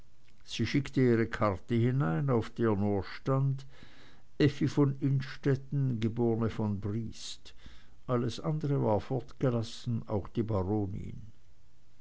sie schickte ihre karte herein auf der nur stand effi von innstetten geb von briest alles andere war fortgelassen auch die baronin